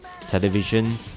television